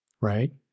right